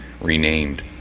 renamed